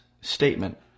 statement